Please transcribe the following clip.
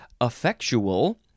Effectual